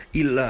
il